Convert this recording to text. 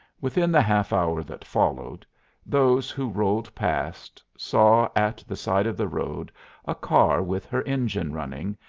within the half-hour that followed those who rolled past saw at the side of the road a car with her engine running,